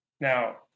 Now